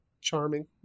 charming